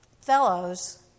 fellows